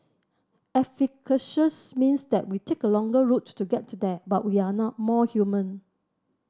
efficacious means that we take a longer route to get there but we are now more human